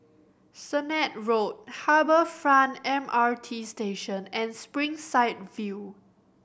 Sennett Road Harbour Front M R T Station and Springside View